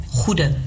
goede